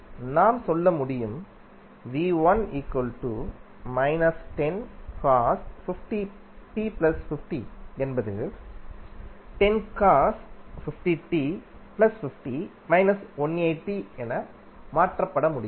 எனவே நாம் சொல்ல முடியும் என்பது என மாற்றப்பட முடியும்